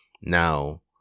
now